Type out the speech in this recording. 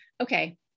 Okay